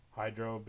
hydro